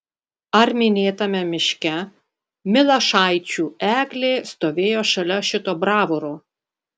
ar minėtame miške milašaičių eglė stovėjo šalia šito bravoro